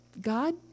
God